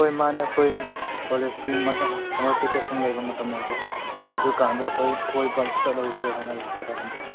ꯍꯣꯏ ꯃꯥꯅꯦ ꯑꯩꯈꯣꯏ ꯀꯣꯂꯦꯖꯀꯤ ꯁꯝꯃꯔ ꯕꯦꯀꯦꯁꯟ ꯂꯩꯕ ꯃꯇꯝ ꯑꯣꯏꯕꯀꯣ ꯑꯗꯨ ꯀꯥꯟꯗꯨꯗ ꯑꯩꯈꯣꯏ ꯀꯣꯏꯕ ꯆꯠꯍꯧꯁꯦ ꯍꯥꯏꯅ ꯂꯥꯛꯀꯗꯕꯅꯤ